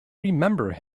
remember